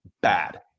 bad